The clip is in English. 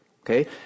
Okay